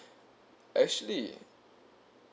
actually